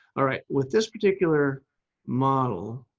all right, with this particular model.